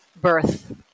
birth